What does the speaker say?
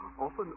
often